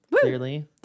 Clearly